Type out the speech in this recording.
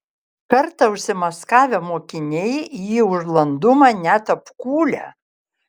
kartą užsimaskavę mokiniai jį už landumą net apkūlę